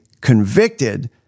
convicted